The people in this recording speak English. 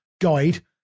guide